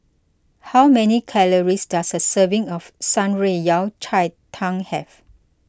how many calories does a serving of Shan Rui Yao Cai Tang have